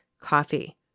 Coffee